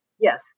Yes